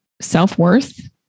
self-worth